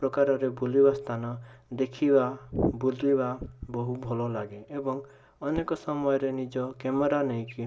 ପ୍ରକାରରେ ବୁଲିବା ସ୍ଥାନ ଦେଖିବା ବୁଲିବା ବହୁ ଭଲ ଲାଗେ ଏବଂ ଅନେକ ସମୟରେ ନିଜ କ୍ୟାମେରା ନେଇକି